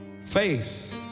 Faith